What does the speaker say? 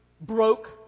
broke